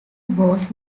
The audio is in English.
was